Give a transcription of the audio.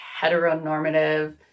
heteronormative